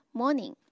morning